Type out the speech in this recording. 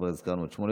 כבר הזכרנו את שמו,